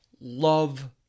love